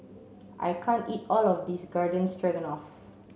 I can't eat all of this Garden Stroganoff